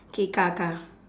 okay car car